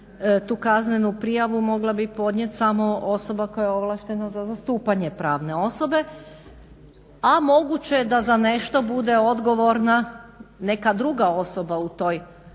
tu kaznenu prijavu mogla bi podnijeti samo osoba koja je ovlaštena za zastupanje pravne osobe, a moguće je da za nešto bude odgovorna neka druga osoba u toj